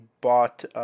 bought